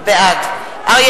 בעד אריה